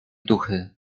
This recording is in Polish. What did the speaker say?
duchy